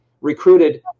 recruited